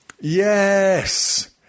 Yes